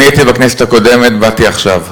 אני הייתי בכנסת הקודמת ובאתי עכשיו.